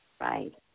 Right